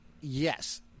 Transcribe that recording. yes